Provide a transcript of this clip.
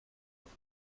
auf